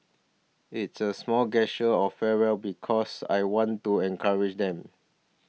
it's a small gesture of fair well because I want to encourage them